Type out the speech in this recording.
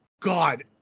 god